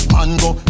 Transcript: Mango